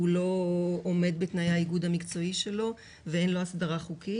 לא עומד בתנאי האיגוד המקצועי שלו ואין לו הסדרה חוקית,